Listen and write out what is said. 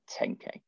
10K